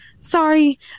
sorry